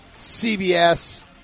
CBS